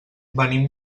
venim